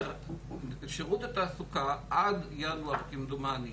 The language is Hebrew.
אני אומר, שירות התעסוקה עד ינואר, כמדומני,